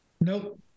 nope